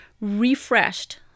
refreshed